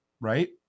right